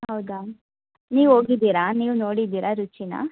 ಹೌದಾ ನೀವು ಹೋಗಿದ್ದೀರಾ ನೀವು ನೋಡಿದ್ದೀರ ರುಚಿ